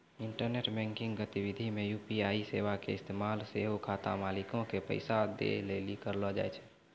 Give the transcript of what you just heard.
internet banking गतिविधि मे UPI सेबा के इस्तेमाल सेहो खाता मालिको के पैसा दै लेली करलो जाय छै